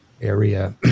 area